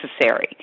necessary